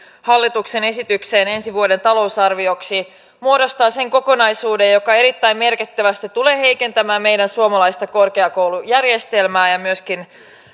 hallituksen esitykseen ensi vuoden talousarvioksi muodostaa sen kokonaisuuden joka erittäin merkittävästi tulee heikentämään meidän suomalaista korkeakoulujärjestelmäämme ja myöskin